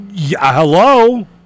Hello